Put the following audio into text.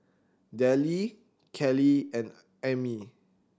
Dellie Keli and Ami